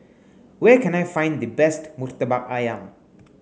where can I find the best Murtabak Ayam